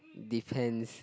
depends